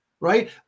Right